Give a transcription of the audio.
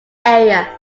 area